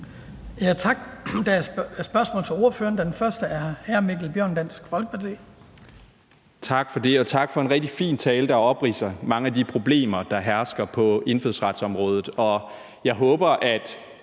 Tak for det, og tak for en rigtig fin tale, der opridser mange af de problemer, der hersker på indfødsretsområdet.